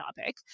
topic